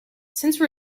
since